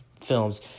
films